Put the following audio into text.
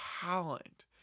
talent